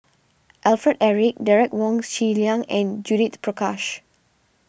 Alfred Eric Derek Wong Zi Liang and Judith Prakash